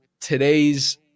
today's